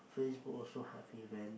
Facebook also have event